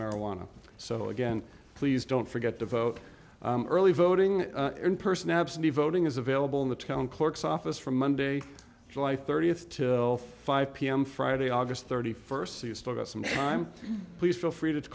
marijuana so again please don't forget to vote early voting in person absentee voting is available in the town clerk's office from monday july thirtieth till five pm friday august thirty first so you still get some time please feel free to